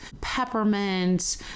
peppermint